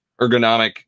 ergonomic